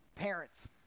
Parents